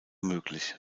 möglich